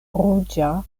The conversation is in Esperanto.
ruĝa